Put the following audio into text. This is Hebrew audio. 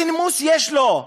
למה, איזה נימוס יש לו?